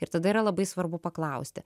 ir tada yra labai svarbu paklausti